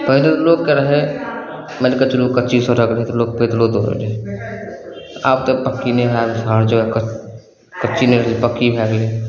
पहिले लोकके रहय मानिके चलू कच्ची सड़क रहय तऽ लोग पैदलो दौड़य रहय आब तऽ पक्की नहि भए कच्ची नहि रहलय पक्की भए गेलय